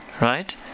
Right